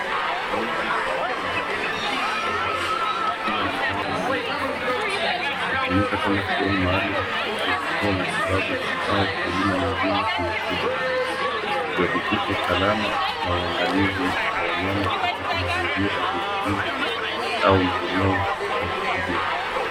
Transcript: Nyumba ndogo iliyotengenezwa kwa mbao, ikiwa na milango miwili na dirisha, hutumika kama sehemu maalumu ya kutoa matibabu au huduma nyingine kwa mifugo, ikihakikisha usalama na uangalizi wa wanyama katika mazingira ya vijijijini, au maeneo ya kufugia.